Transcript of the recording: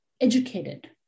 educated